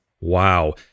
Wow